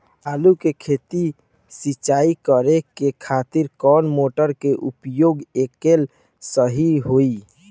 आलू के खेत सिंचाई करे के खातिर कौन मोटर के प्रयोग कएल सही होई?